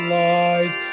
lies